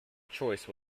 choice